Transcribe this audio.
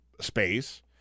space